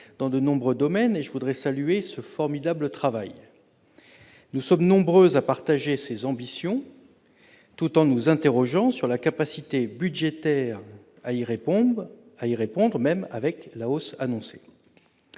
dans de nombreux domaines. Je voudrais saluer ce formidable travail, dont nous sommes nombreux à partager les ambitions, tout en nous interrogeant sur la capacité budgétaire à y répondre, même en tenant compte de la hausse annoncée.